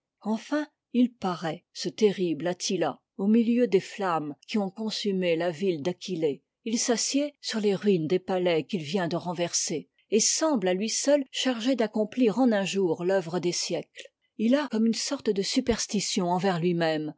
enfin il paraît ce terrible attila au milieu des flammes qui ont consumé la ville d'aquitée il s'assied sur les ruines des palais qu'il vient de renverser et semble à lui seul chargé d'accomplir en un jour l'ceuvre des siècles il a comme une sorte de superstition envers lui-même